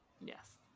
Yes